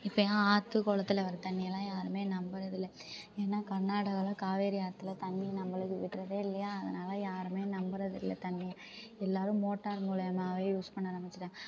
இப்போ ஆற்று குளத்துல வர தண்ணியெல்லாம் யாரும் நம்புகிறது இல்லை ஏன்னா கர்நாடகலா காவேரி ஆற்றில் தண்ணி நம்மளுக்கு விடுறதே இல்லையா அதனால யாரும் நம்புறது இல்லை தண்ணியை எல்லோரும் மோட்டார் மூலிம்மாவே யூஸ் பண்ண ஆரமிச்சிட்டாங்க